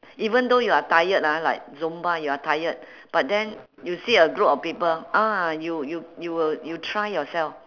even though you are tired ah like zumba you are tired but then you see a group of people ah you you you will you try yourself